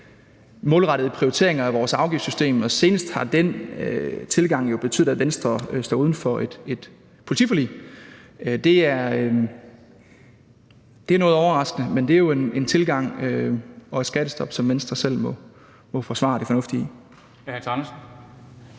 målrettede prioriteringer af vores afgiftssystem, og senest har den tilgang jo betydet, at Venstre står uden for et politiforlig. Det er noget overraskende, men det er jo en tilgang og et skattestop, som Venstre selv må forsvare det fornuftige i.